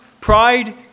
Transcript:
pride